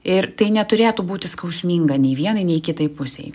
ir tai neturėtų būti skausminga nei vienai nei kitai pusei